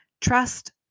trust